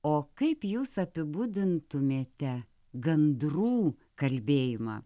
o kaip jūs apibūdintumėte gandrų kalbėjimą